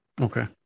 okay